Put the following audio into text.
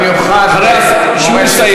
אם תרשו לי,